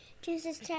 Jesus